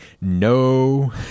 no